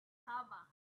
cover